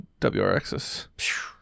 WRXs